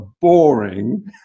boring